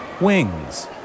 wings